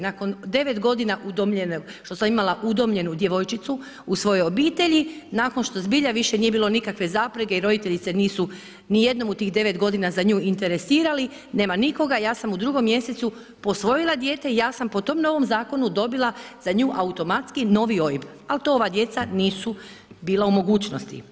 Nakon 9 godina što sam imala udomljenu djevojčicu u svojoj obitelji, nakon što zbilja više nije bilo nikakve zaprege i roditelji se nisu nijednom u tih 9 godina za nju interesirali, nema nikoga, ja sam u 2 mjesecu posvojila dijete i ja sam po tom novom zakonu dobila za nju automatski novi OIB, ali to ova djeca nisu bila u mogućnosti.